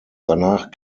danach